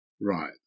Right